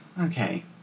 Okay